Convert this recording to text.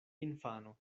infano